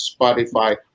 Spotify